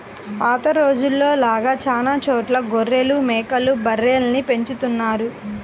పాత రోజుల్లో లాగా చానా చోట్ల గొర్రెలు, మేకలు, బర్రెల్ని పెంచుతున్నారు